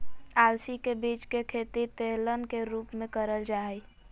अलसी के बीज के खेती तेलहन के रूप मे करल जा हई